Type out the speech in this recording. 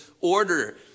order